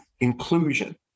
inclusion